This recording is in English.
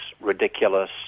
ridiculous